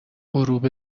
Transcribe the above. غروب